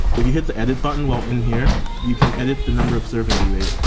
if you hit the edit button while in here you can edit the number of servings you ate.